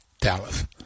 dallas